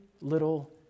little